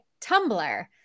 Tumblr